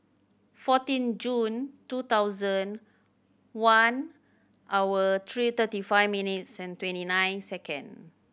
fourteen June two thousand one hour three thirty five minutes twenty nine second